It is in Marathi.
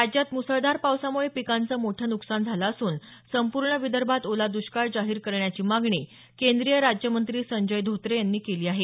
राज्यात मुसळधार पावसामुळे पिकांचं मोठं नुकसान झालं असून संपूर्ण विदर्भात ओला दष्काळ जाहीर करण्याची मागणी केंद्रीय राज्यमंत्री संजय धोत्रे यांनी केली आहे